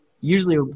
usually